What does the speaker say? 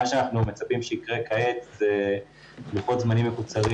כעת אנחנו מצפים ללוחות זמנים מקוצרים